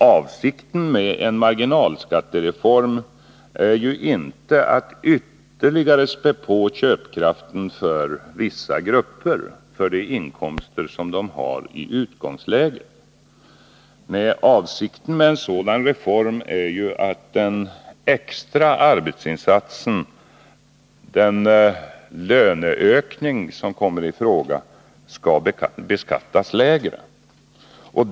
Avsikten med en marginalskattereform är inte att ytterligare spä på köpkraften för vissa grupper för de inkomster de har i utgångsläget. Avsikten med en sådan reform är att den extra arbetsinsatsen, den löneökning som kommer i fråga, skall beskattas lägre.